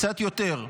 קצת יותר,